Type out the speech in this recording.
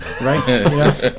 Right